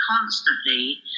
constantly